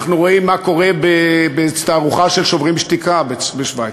אנחנו רואים מה קורה באיזו תערוכה של "שוברים שתיקה" בשווייץ,